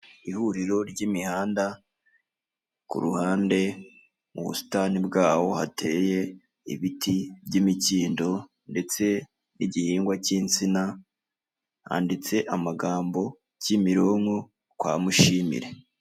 Ihuriro ry'imihanda kuruhande mu busitani bwaho hateye ibiti by'imikindo ndetse n igihingwa cy'insina handitse amagambo kimironko kwa mushimire.